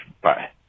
Bye